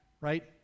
right